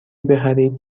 بخرید